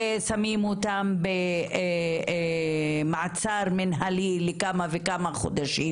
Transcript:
ושמים אותן במעצר מינהלי לכמה וכמה חודשים,